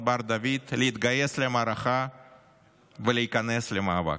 בר דוד להתגייס למערכה ולהיכנס למאבק.